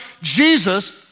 Jesus